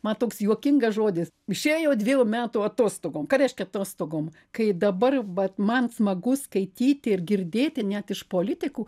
ma toks juokingas žodis išėjo dviejų metų atostogom ką reiškia atostogom kai dabar vat man smagu skaityti ir girdėti net iš politikų